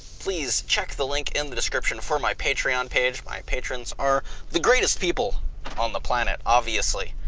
please check the link in the description for my patreon page, my patrons are the greatest people on the planet obviously.